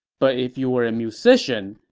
but if you were a musician,